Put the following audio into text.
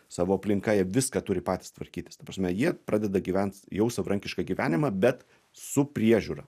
savo aplinka jie viską turi patys tvarkytis ta prasme jie pradeda gyvent jau savarankišką gyvenimą bet su priežiūra